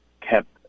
kept